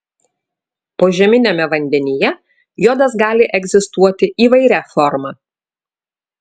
požeminiame vandenyje jodas gali egzistuoti įvairia forma